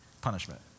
punishment